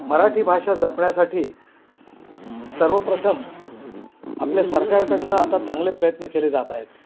मराठी भाषा जपण्यासाठी सर्वप्रथम आपल्या सरकारकडनं आता चांगले प्रयत्न केले जात आहेत